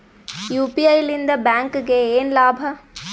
UPI ಲಿಂದ ಬ್ಯಾಂಕ್ಗೆ ಏನ್ ಲಾಭ?